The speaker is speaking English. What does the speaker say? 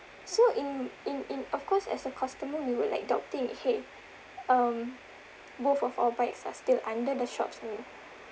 so in in in of course as a customer we would like doubting at him um both of our bikes are still under the shop's name